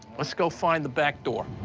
let's go find the back door.